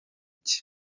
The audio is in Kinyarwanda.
cye